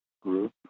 group